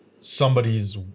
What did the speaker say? somebody's